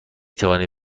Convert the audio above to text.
توانی